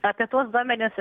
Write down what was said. apie tuos duomenis